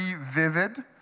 vivid